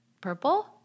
purple